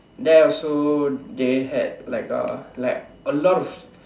there also they had like a like a lot of